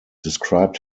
described